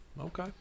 okay